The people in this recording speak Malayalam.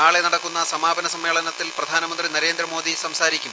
നാളെ നടക്കുന്ന സമാപന സമ്മേളനത്തിൽ പ്രധാനമന്ത്രി നരേന്ദ്രമോദി സംസാരിക്കും